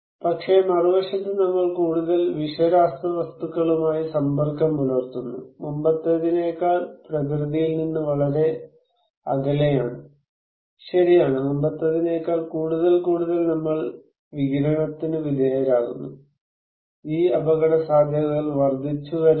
പക്ഷേ മറുവശത്ത് നമ്മൾ കൂടുതൽ വിഷ രാസവസ്തുക്കളുമായി സമ്പർക്കം പുലർത്തുന്നു മുമ്പത്തേതിനേക്കാൾ പ്രകൃതിയിൽ നിന്ന് വളരെ അകലെയാണ് ശരിയാണ് മുമ്പത്തേതിനേക്കാൾ കൂടുതൽ കൂടുതൽ നമ്മൾ വികിരണത്തിന് വിധേയരാകുന്നു ഈ അപകടസാധ്യതകൾ വർദ്ധിച്ചുവരുന്ന